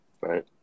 Right